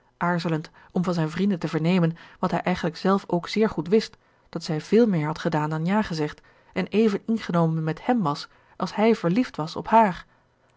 aarzelend om van zijne vrienden te vernemen wat hij eigenlijk zelf ook zeer goed wist dat zij veel meer had gedaan dan ja gezegd en even ingenomen met hem was als hij verliefd was op haar